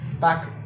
back